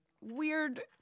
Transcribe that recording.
weird